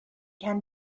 can